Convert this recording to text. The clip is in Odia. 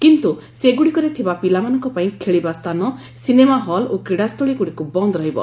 କିନ୍ତୁ ସେଗୁଡ଼ିକରେ ଥିବା ପିଲାମାନଙ୍କ ପାଇଁ ଖେଳିବାସ୍ଥାନ ସିନେମା ହଲ୍ ଓ କ୍ରୀଡ଼ାସ୍ଥଳୀଗୁଡ଼ିକୁ ବନ୍ଦ ରହିବ